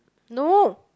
no